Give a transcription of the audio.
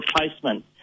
replacement